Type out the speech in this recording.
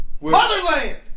Motherland